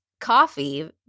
coffee